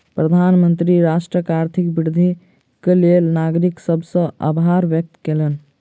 प्रधानमंत्री राष्ट्रक आर्थिक वृद्धिक लेल नागरिक सभ के आभार व्यक्त कयलैन